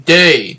day